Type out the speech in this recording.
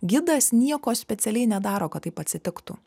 gidas nieko specialiai nedaro kad taip atsitiktų